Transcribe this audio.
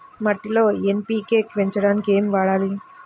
మట్టిలో ఎన్.పీ.కే పెంచడానికి ఏమి వాడాలి?